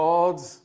God's